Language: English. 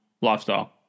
lifestyle